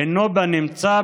אינו בנמצא,